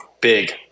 big